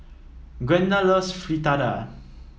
Gwenda loves Fritada